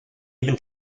even